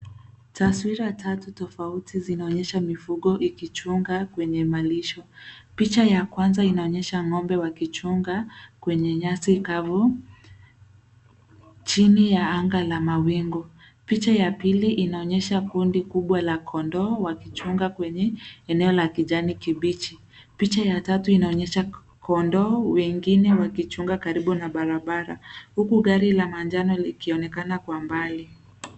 Taswira tatu tofauti zinaonyesha mifugo ikichunga kwenye malisho. Picha ya kwanza inaonyesha ngombe wakichunga kwenye nyasi kavu chini ya anga la mawingu. Picha ya pili inaonyesha kundi kubwa la kondoo wakichunga kwenye eneo la kijani kibichi. Picha ya tatu inaonyesha kondoo wengine wakichunga karibu na barabara huku gari la manjano likionekana kwa mbali.